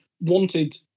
wanted